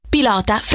Pilota